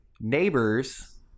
Neighbors